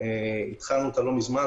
שהתחלנו אותה לא מזמן,